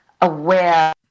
aware